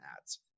ads